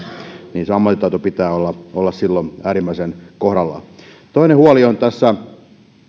niin sen ammattitaidon pitää olla olla silloin äärimmäisen kohdallaan toinen huoli on tässä